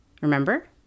Remember